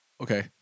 Okay